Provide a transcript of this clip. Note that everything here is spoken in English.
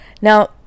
now